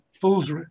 fool's